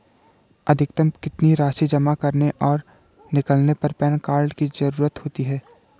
अधिकतम कितनी राशि जमा करने और निकालने पर पैन कार्ड की ज़रूरत होती है?